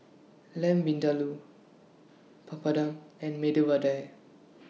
Lamb Vindaloo Papadum and Medu Vada